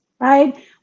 right